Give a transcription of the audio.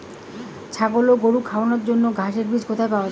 ছাগল ও গরু খাওয়ানোর জন্য ঘাসের বীজ কোথায় পাওয়া যায়?